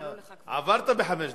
עברת בחמש דקות.